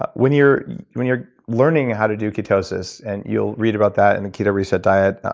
but when you're when you're learning how to do ketosis. and you'll read about that in the keto reset diet.